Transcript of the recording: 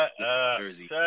jersey